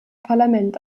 parlament